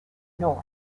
north